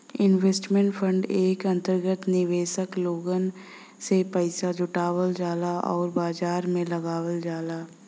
investment fund के अंतर्गत निवेशक लोगन से पइसा जुटावल जाला आउर बाजार में लगावल जाला